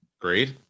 Great